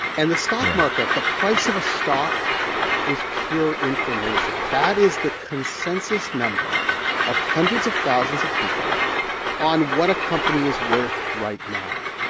and the stock market the price of a stock is pure information. that is the consensus number of hundreds of thousands of people on what a company is worth right now.